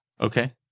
Okay